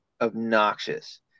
obnoxious